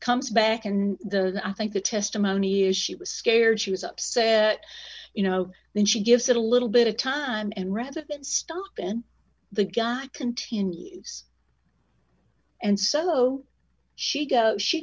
comes back and the i think the testimony is she was scared she was upset you know then she gives it a little bit of time and revetment stock and the guy continues and so she goes she